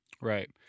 Right